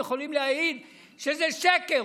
יכולים להעיד שזה שקר.